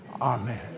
Amen